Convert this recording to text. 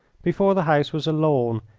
before the house was a lawn,